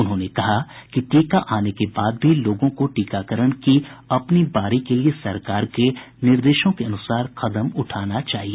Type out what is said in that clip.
उन्होंने कहा कि टीका आने के बाद भी लोगों को टीकाकरण की अपनी बारी के लिए सरकार के निर्देशों के अनुसार कदम उठाना चाहिए